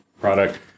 product